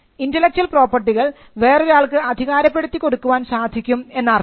intellectual പ്രോപ്പർട്ടികൾ വേറൊരാൾക്ക് അധികാരപ്പെടുത്തി കൊടുക്കാൻ സാധിക്കും എന്നർത്ഥം